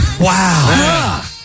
Wow